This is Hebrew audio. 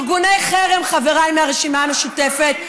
ארגוני חרם, חבריי מהרשימה המשותפת,